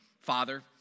Father